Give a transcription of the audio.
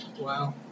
Wow